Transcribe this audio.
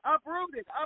Uprooted